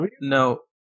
no